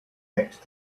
next